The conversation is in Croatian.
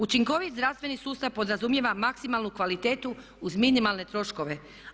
Učinkovit zdravstveni sustav podrazumijeva maksimalnu kvalitetu uz minimalne troškove.